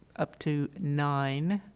up to nine